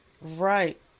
Right